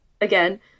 again